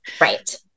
Right